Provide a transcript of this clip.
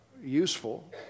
useful